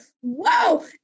whoa